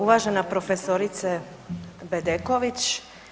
Uvažena profesorice Bedeković.